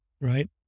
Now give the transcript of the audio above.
Right